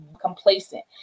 complacent